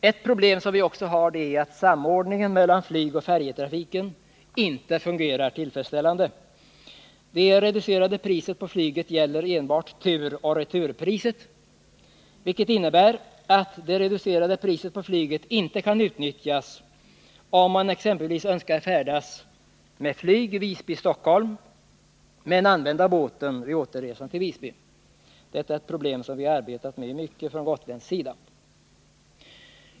Ett problem är också att samordningen mellan flygoch färjetrafiken inte fungerar tillfredsställande. Det reducerade priset på flyget gäller enbart turoch returresor, vilket innebär att det reducerade priset på flyget inte kan utnyttjas om man exempelvis önskar färdas med flyg Visby-Stockholm men använda båt vid återresan till Visby. Detta är ett problem som vi från gotländsk sida har arbetat mycket med.